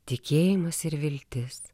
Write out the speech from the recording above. tikėjimas ir viltis